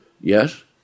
Yes